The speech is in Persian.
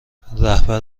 رهبر